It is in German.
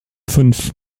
fünf